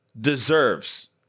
deserves